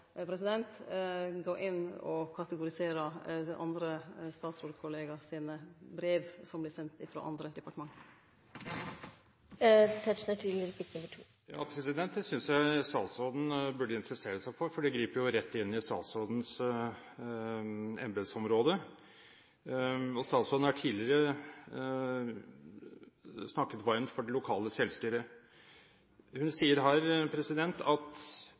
å gå inn og kategorisere andre statsrådkolleger sine brev som vert sende frå andre departement. Det synes jeg statsråden burde interessere seg for, for det griper jo rett inn i statsrådens embetsområde. Statsråden har tidligere snakket varmt for det lokale selvstyret. Hun sier her at